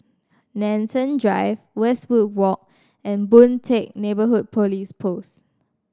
Nanson Drive Westwood Walk and Boon Teck Neighbourhood Police Post